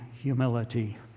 humility